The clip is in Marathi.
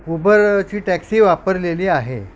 उबरची टॅक्सी वापरलेली आहे